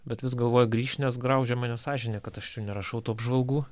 bet vis galvoju grįžt nes graužia mane sąžinė kad aš nerašau tų apžvalgų